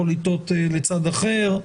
יכול לנטות לצד אחר.